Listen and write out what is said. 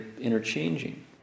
interchanging